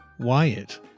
Wyatt